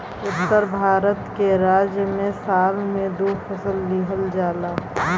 उत्तर भारत के राज्य में साल में दू फसल लिहल जाला